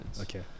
Okay